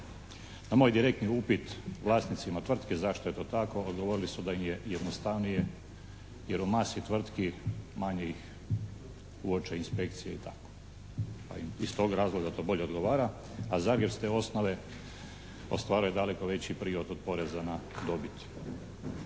Na moj direktni upit vlasnicima tvrtke zašto je to tako odgovorili su da im je jednostavnije, jer u masi tvrtki manje ih uoče inspekcije i tako pa im iz tog razloga to bolje odgovara, a Zagreb s te osnove ostvare daleko veći prihod od poreza na dobit.